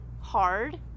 hard